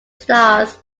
stars